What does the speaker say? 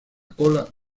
cola